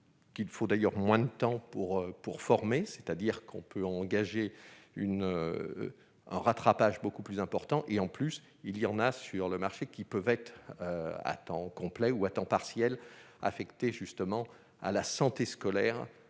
faut d'ailleurs moins de temps pour pour former, c'est-à-dire qu'on peut engager une en rattrapage beaucoup plus important et en plus il y en a sur le marché, qui peuvent être à temps complet ou à temps partiel affectée, justement, à la santé scolaire